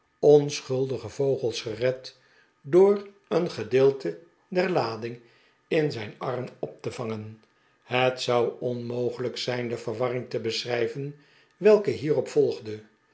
onschuldige vogels gered door een gedeelte der lading in zijn arm op te vangen het zou omnogelijk zijn de verwarring te beschrijveh welke hierop volgde